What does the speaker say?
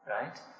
Right